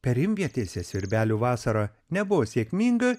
perimvietėse svirbelių vasara nebuvo sėkminga